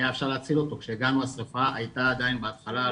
היה אפשר להציל אותו כשהגענו השריפה הייתה עדיין בהתחלה,